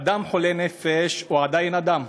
אדם חולה נפש הוא עדיין אדם,